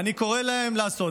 אני קורא להם לעשות זאת.